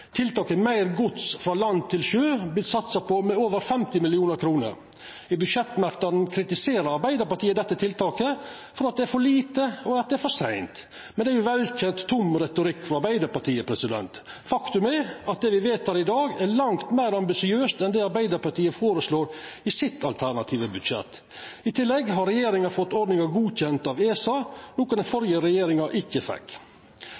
Tiltaket for meir gods frå land til sjø vert satsa på med over 50 mill. kr. I budsjettmerknadene kritiserer Arbeidarpartiet dette tiltaket for at det er for lite og for seint, men det er jo velkjent tom retorikk frå Arbeidarpartiet. Faktum er at det me vedtek i dag, er langt meir ambisiøst enn det Arbeidarpartiet føreslår i sitt alternative budsjett. I tillegg har regjeringa fått ordninga godkjent av ESA, noko den førre regjeringa ikkje fekk.